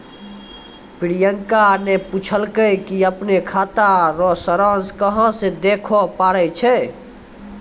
प्रियंका ने पूछलकै कि अपनो खाता रो सारांश कहां से देखै पारै छै